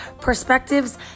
perspectives